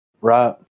right